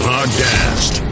Podcast